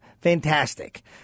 fantastic